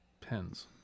Pens